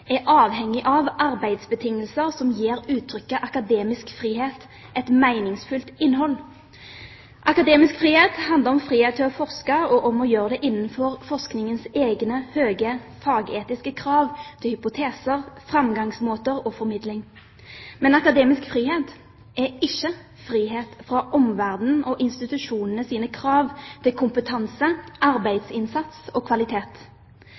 er avhengige av arbeidsbetingelser som gir uttrykket «akademisk frihet» et meningsfylt innhold. Akademisk frihet handler om frihet til å forske og om å gjøre det innenfor forskningens egne, høye fagetiske krav til hypoteser, framgangsmåter og formidling. Men akademisk frihet er ikke frihet fra omverdenen og institusjonenes krav til kompetanse, arbeidsinnsats og kvalitet.